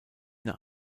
nach